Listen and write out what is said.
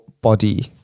body